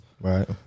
Right